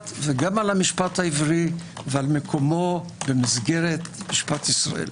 וגם על המשפט העברי ועל מקומו במסגרת משפט ישראל.